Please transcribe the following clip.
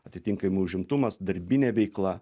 atitinkamai užimtumas darbinė veikla